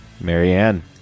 Marianne